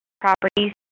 properties